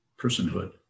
personhood